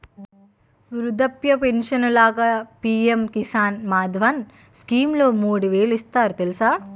వృద్ధాప్య పించను లాగా పి.ఎం కిసాన్ మాన్ధన్ స్కీంలో మూడు వేలు ఇస్తారు తెలుసా?